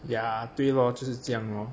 ya 对咯就是这样咯